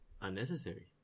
Unnecessary